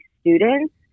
students